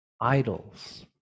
idols